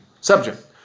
subject